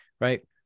right